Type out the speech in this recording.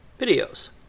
videos